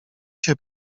się